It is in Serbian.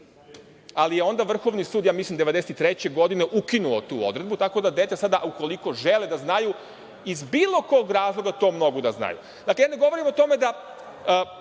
ali je onda Vrhovni sud, mislim, 1993. godine ukinuo tu odredbu, tako da deca sada ukoliko žele da znaju iz bilo kog razloga to mogu da znaju. Ne govorim o tome da